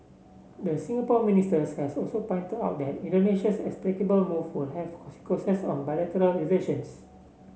the Singapore ministers has also pointed out that Indonesia's inexplicable move will have consequences on bilateral relations